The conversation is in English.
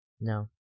no